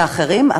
ואחרים,